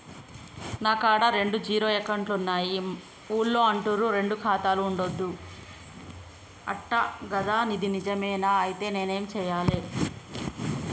నా కాడా రెండు జీరో అకౌంట్లున్నాయి ఊళ్ళో అంటుర్రు రెండు ఖాతాలు ఉండద్దు అంట గదా ఇది నిజమేనా? ఐతే నేనేం చేయాలే?